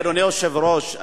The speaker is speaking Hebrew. אדוני היושב-ראש,